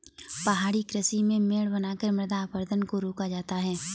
पहाड़ी कृषि में मेड़ बनाकर मृदा अपरदन को रोका जाता है